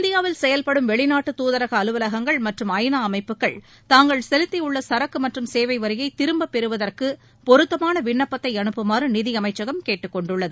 இந்தியாவில் செயல்படும் வெளிநாட்டு தூதரக அலுவலகங்கள் மற்றும் ஐநா அமைப்புகள் தாங்கள் செலுத்தியுள்ள சரக்கு மற்றும் சேவை வரியை திரும்ப பெறுவதற்கு பொருத்தமான விண்ணப்பத்தை அனுப்புமாறு நிதியமைச்சகம் கேட்டுக்கொண்டுள்ளது